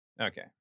Okay